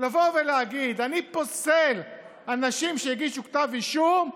לבוא ולהגיד: אני פוסל אנשים שהגישו כתב אישום,